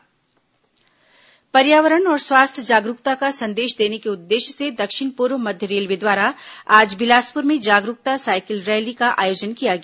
railway cycle rally पर्यावरण और स्वास्थ्य जागरूकता का संदेश देने के उद्देश्य से दक्षिण पूर्व मध्य रेलवे द्वारा आज बिलासपुर में जागरूकता साइकिल रैली का आयोजन किया गया